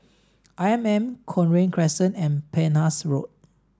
I M M Cochrane Crescent and Penhas Road